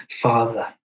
Father